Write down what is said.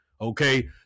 Okay